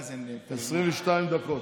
מאזן?) 22 דקות.